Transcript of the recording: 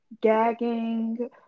gagging